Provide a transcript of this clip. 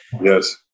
Yes